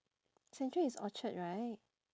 central is orchard right